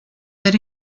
that